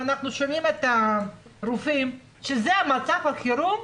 ואנחנו שומעים את הרופאים שזה מצב החירום,